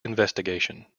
investigation